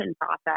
process